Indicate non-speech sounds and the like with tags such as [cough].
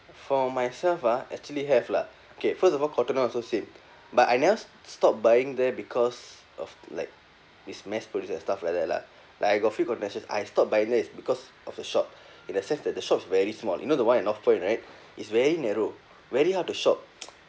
for myself ah actually have lah okay first of all Cotton On also same but I never stop buying there because of like is mass produced and stuff like that lah like I got few I stop buying there because of the shop in a sense that the shop is very small you know the one in northpoint right is very narrow very hard to shop [noise]